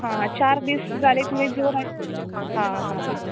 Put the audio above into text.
हां चार दीस जाले तुवें जोर आय् हां हां हां